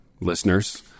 listeners